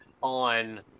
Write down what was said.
on